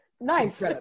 Nice